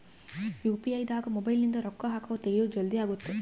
UPI ದಾಗ mobile ನಿಂದ ರೊಕ್ಕ ಹಕೊದ್ ತೆಗಿಯೊದ್ ಜಲ್ದೀ ಅಗುತ್ತ